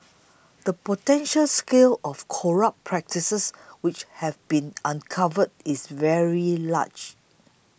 the potential scale of corrupt practices which have been uncovered is very large